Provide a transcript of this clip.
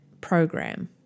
program